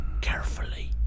carefully